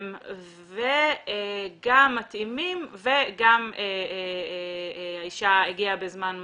גם מתאימים וגם האישה הגיע בזמן מספק.